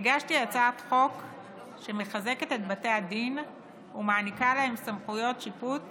הגשתי הצעת חוק שמחזקת את בתי הדין ומעניקה להם סמכויות שיפוט